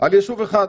על יישוב אחד.